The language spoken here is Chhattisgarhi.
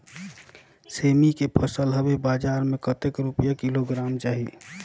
सेमी के फसल हवे बजार मे कतेक रुपिया किलोग्राम जाही?